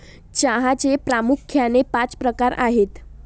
चहाचे प्रामुख्याने पाच प्रकार आहेत